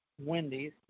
Wendy's